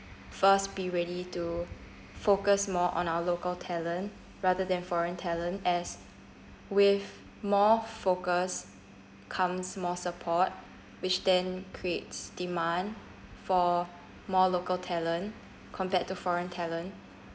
first be ready to focus more on our local talent rather than foreign talent as with more focus comes more support which then creates demand for more local talent compared to foreign talent